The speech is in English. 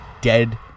dead